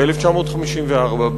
ב-1954,